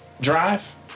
drive